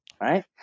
right